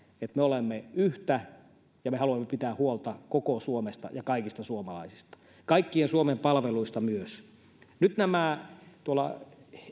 että me olemme yhtä ja me haluamme pitää huolta koko suomesta ja kaikista suomalaisista kaikista suomen palveluista myös nämä tuolla